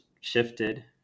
shifted